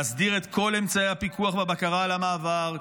להסדיר את כל אמצעי הפיקוח והבקרה על המעבר,